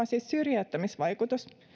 siis syrjäyttämisvaikutus